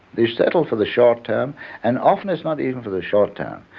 you settle for the short-term and often it's not even for the short-term.